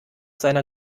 seiner